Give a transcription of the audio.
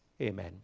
amen